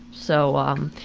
so um,